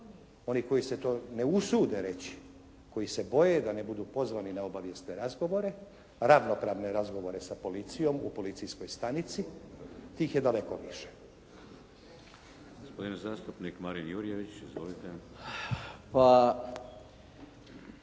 oni koji se to ne usude reći, koji se boje da ne budu pozvani na obavijesne razgovore, ravnopravne razgovore sa policijom, u policijskoj stanici, tih je daleko više.